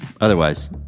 Otherwise